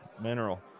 Mineral